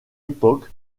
époque